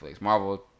marvel